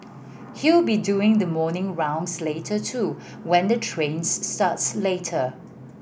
he'll be doing the morning rounds later too when the trains starts later